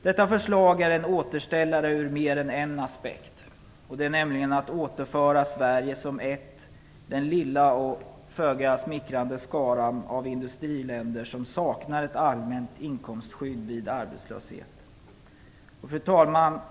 Detta förslag är en återställare ur mer än en aspekt. Det återför Sverige till att bli en i den lilla och föga smickrande skara av industriländer som saknar ett allmänt inkomstskydd vid arbetslöshet. Fru talman!